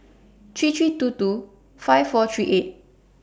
three three two two five four three eight